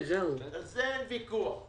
על זה אין ויכוח,